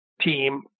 team